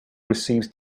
receives